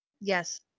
Yes